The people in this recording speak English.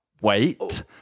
Wait